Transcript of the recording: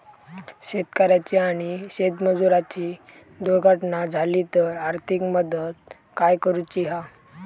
शेतकऱ्याची आणि शेतमजुराची दुर्घटना झाली तर आर्थिक मदत काय करूची हा?